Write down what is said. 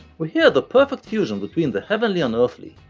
we hear the perfect fusion between the heavenly and earthly,